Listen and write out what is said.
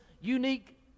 unique